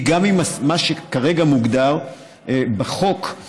גם עם מה שמוגדר כרגע בחוק,